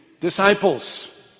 disciples